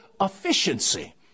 efficiency